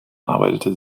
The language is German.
arbeitete